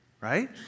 right